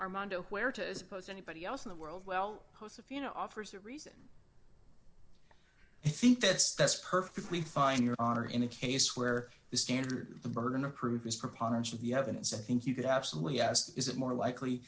armando where to post anybody else in the world well if you know offers a reason i think that's that's perfectly fine your honor in a case where the standard the burden of proof is preponderance of the evidence i think you could absolutely ask is it more likely